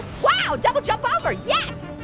whoa! double jump over, yes!